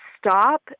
stop